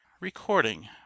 Recording